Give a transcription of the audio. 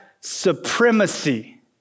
supremacy